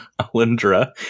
Alindra